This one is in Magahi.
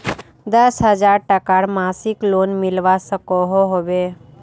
दस हजार टकार मासिक लोन मिलवा सकोहो होबे?